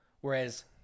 Whereas